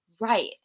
Right